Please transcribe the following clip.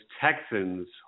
Texans